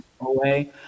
away